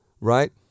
right